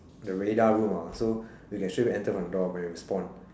the radar room so you can straightaway enter from the door when you spawn